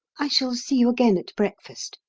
i shall see you again at breakfast.